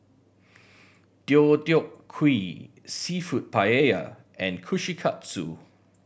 Deodeok Gui Seafood Paella and Kushikatsu